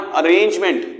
arrangement